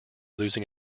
losing